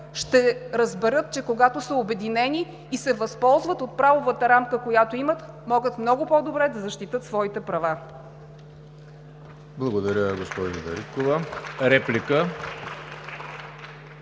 ще разберат, че когато са обединени и се възползват от правовата рамка, която имат, могат много по-добре да защитят своите права.